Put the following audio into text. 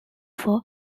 for